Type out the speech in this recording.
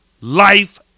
Life